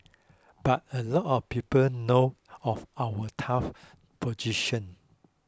but a lot of people know of our tough position